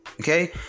Okay